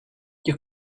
you